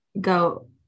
go